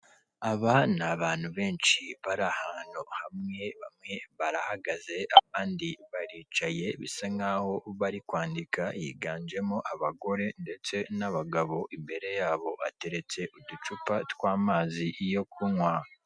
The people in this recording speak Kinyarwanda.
Aba ni abantu benshi bari ahantu hamwe, bamwe barahagaze abandi baricaye bisa nk'ho bari kwandika higanjemo abagore ndetse n'abagabo, imbere yabo ateretse uducupa tw'amazi yo kunywa.